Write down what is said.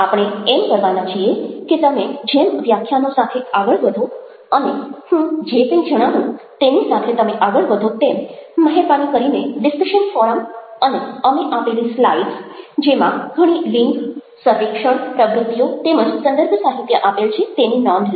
આપણે એમ કરવાના છીએ કે તમે જેમ વ્યાખ્યાનો સાથે આગળ વધો અને હું જે કંઈ જણાવું તેની સાથે તમે આગળ વધો તેમ મહેરબાની કરીને ડિસ્કશન ફોરમ અને અમે આપેલી સ્લાઈડ્સ જેમાં ઘણી લિન્ક સર્વેક્ષણ પ્રવૃત્તિઓ તેમજ સંદર્ભ સાહિત્ય આપેલ છે તેની નોંધ લો